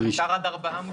מותר עד ארבעה מוצרים.